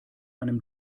einem